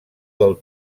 del